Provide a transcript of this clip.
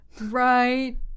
Right